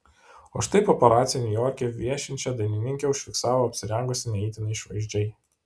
o štai paparaciai niujorke viešinčią dainininkę užfiksavo apsirengusią ne itin išvaizdžiai